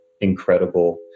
incredible